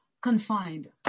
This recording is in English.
confined